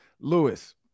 Lewis